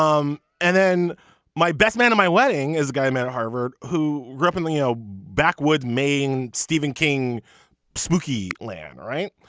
um and then my best man at my wedding is a guy i met at harvard who the you know backwoods maine stephen king spooky land all right.